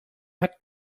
hat